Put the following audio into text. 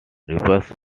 reverse